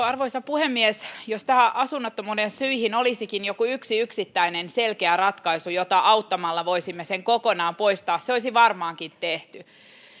arvoisa puhemies jos näihin asunnottomuuden syihin olisikin joku yksi yksittäinen selkeä ratkaisu jonka avulla voisimme sen kokonaan poistaa se olisi varmaankin tehty